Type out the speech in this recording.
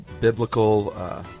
biblical